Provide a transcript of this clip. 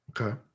Okay